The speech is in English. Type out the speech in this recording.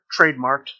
trademarked